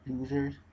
users